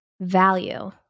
value